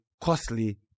costly